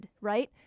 right